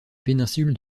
péninsule